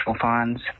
funds